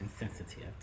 insensitive